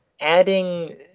adding